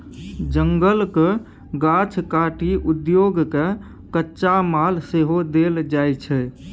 जंगलक गाछ काटि उद्योग केँ कच्चा माल सेहो देल जाइ छै